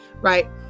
right